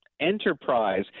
enterprise